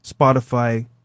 Spotify